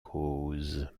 cause